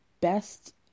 best